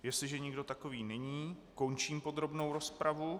Jestliže nikdo takový není, končím podrobnou rozpravu.